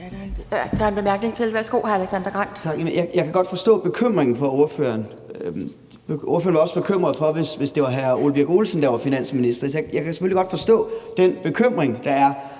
Jeg kan godt forstå ordførerens bekymring. Ordføreren ville også være bekymret, hvis det var hr. Ole Birk Olesen, der var finansminister, så jeg kan selvfølgelig godt forstå den bekymring, der er,